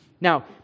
Now